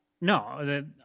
No